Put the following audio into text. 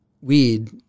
weed